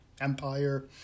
Empire